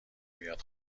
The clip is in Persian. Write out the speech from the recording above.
بیاد